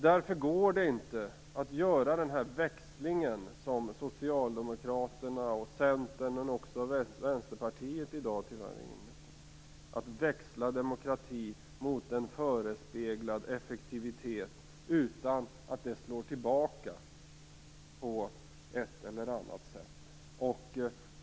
Därför går det inte att göra denna växling som Socialdemokraterna, Centern och Vänsterpartiet i dag, tyvärr, är inne på, dvs. att växla demokrati mot en förespeglad effektivitet utan att det slår tillbaka på ett eller annat sätt.